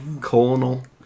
Colonel